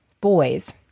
boys